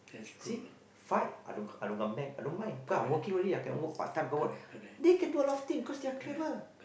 see fight I don't I don't come back I don't mind cause I working already I can't work part time ke what they can do a lot of things cause they're clever